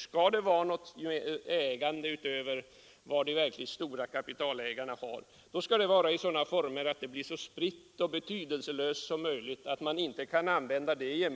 Skall det vara något ägande utöver vad de verkligt stora kapitalägarna har, då skall det vara i sådan form att det blir så spritt och betydelselöst som möjligt, så att man inte kan använda det